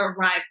arrived